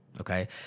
okay